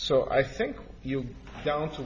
so i think you don't